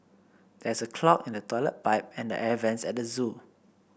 there is a clog in the toilet pipe and the air vents at the zoo